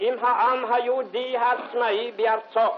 עם העם היהודי העצמאי בארצו".